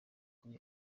kuri